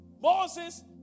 Moses